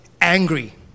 angry